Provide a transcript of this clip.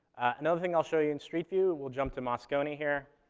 another thing i'll show you in street view we'll jump to moscone here